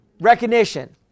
recognition